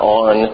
on